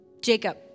Jacob